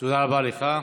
תודה רבה לך.